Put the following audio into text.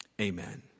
Amen